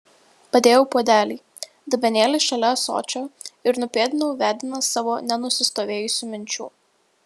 padėjau puodelį dubenėlį šalia ąsočio ir nupėdinau vedinas savo nenusistovėjusių minčių